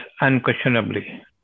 unquestionably